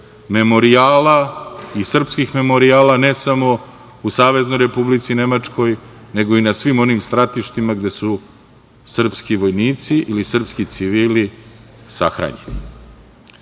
memorijala i srpskih memorijala, ne samo u Saveznoj Republici Nemačkoj, nego i na svim onim stratištima gde su srpski vojnici ili srpski civili sahranjeni. Ako